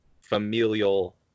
familial